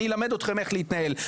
אני אלמד אתכם איך להתנהל,